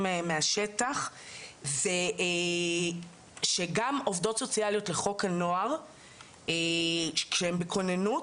מהשטח זה שגם עובדות סוציאליות לחוק הנוער כשהן בכוננות,